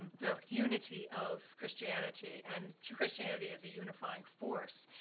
the unity of christianity, and christianity as a unifying force,